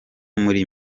muri